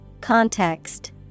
Context